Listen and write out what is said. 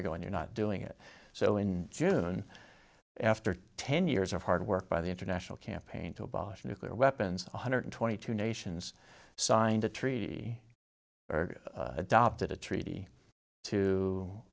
ago and you're not doing it so in june after ten years of hard work by the international campaign to abolish nuclear weapons one hundred twenty two nations signed a treaty or adopted a treaty to